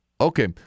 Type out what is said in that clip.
Okay